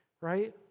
right